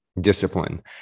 discipline